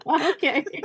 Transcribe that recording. okay